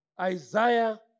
Isaiah